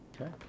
Okay